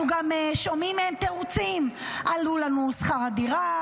אנחנו גם שומעים מהן תירוצים: העלו לנו שכר הדירה,